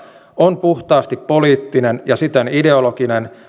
on puhtaasti poliittinen ja siten ideologinen